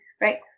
right